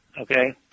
Okay